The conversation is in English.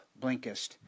Blinkist